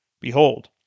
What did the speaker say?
Behold